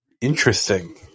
Interesting